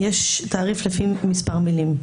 יש תעריף לפי מספר מילים.